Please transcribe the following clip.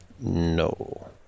no